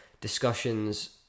discussions